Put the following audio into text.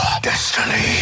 destiny